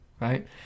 right